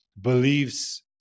beliefs